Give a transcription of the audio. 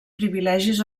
privilegis